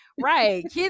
right